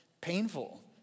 painful